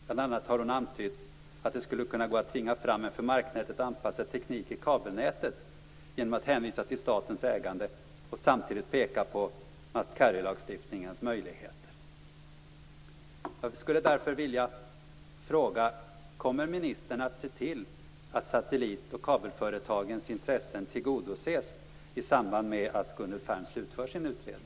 Bl.a. har hon antytt att det skulle kunna gå att tvinga fram en för marknätet anpassad teknik i kabelnätet genom att hänvisa till statens ägande och samtidigt peka på must-carry-lagstiftningens möjligheter.